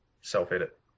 self-edit